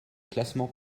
classement